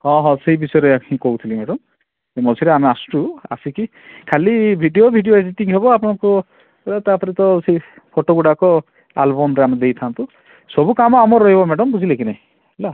ହଁ ହଁ ସେଇ ବିଷୟରେ ମୁଁ କହୁଥିଲି ମ୍ୟାଡ଼ାମ୍ ମଝିରେ ଆମେ ଆସୁଛୁ ଆସିକି ଖାଲି ଭିଡ଼ିଓ ଭିଡ଼ିଓ ଏଡ଼ିଟିଂ ହେବ ଆପଣଙ୍କ ତା'ପରେ ତ ସେଇ ଫଟୋ ଗୁଡ଼ାକ ଆଲବମ୍ରେ ଆମେ ଦେଇଥାନ୍ତୁ ସବୁ କାମ ଆମର ରହିବ ମ୍ୟାଡ଼ାମ୍ ବୁଝିଲେ କି ନାଇ ହେଲା